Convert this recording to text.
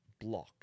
block